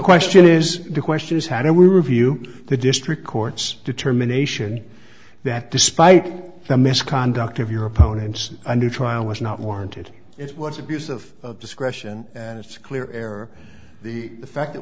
question is the question is how do we review the district court's determination that despite the misconduct of your opponents a new trial was not warranted it was abuse of discretion and it's clear error the fact that